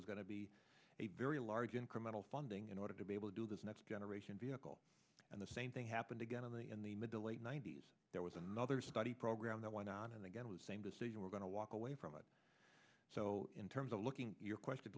was going to be a very large incremental funding in order to be able to do this next generation vehicle and the same thing happened again in the in the middle late ninety's there was another study program that went on and again same decision we're going to walk away from it so in terms of looking at your question